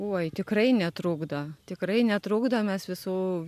oi tikrai netrukdo tikrai netrukdo mes visų